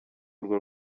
urwo